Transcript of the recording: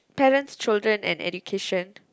parents children and education